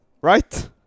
right